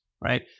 right